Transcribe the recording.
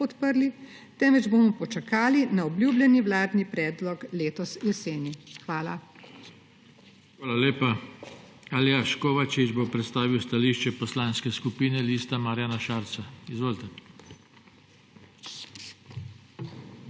temveč bomo počakali na obljubljeni vladni predlog letos jeseni. Hvala. PODPREDSEDNIK JOŽE TANKO: Hvala lepa. Aljaž Kovačič bo predstavil stališče Poslanske skupine Liste Marjana Šarca. Izvolite.